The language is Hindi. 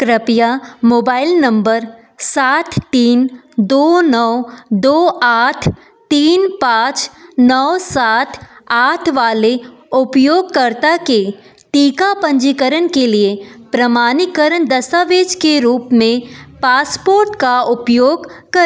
कृपया मोबाइल नम्बर सात तीन दो नौ दो आठ तीन पाँच नौ सात आठ वाले उपयोगकर्ता के टीका पंजीकरण के लिए प्रमाणीकरण दस्तावेज़ के रूप में पासपोर्ट का उपयोग करें